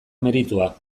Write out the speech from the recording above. meritua